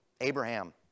Abraham